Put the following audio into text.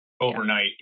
overnight